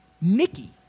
Nikki